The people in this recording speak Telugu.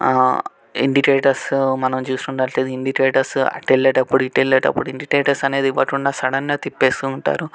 ఇండికేటర్స్ మనం చూసుకున్నట్లైతే ఇండికేటర్స్ అటు వెళ్ళేటప్పుడు ఇటు వెళ్ళేటప్పుడు ఇండికేటర్స్ అనేది ఇవ్వకుండా సడన్గా తిప్పేస్తూ ఉంటారు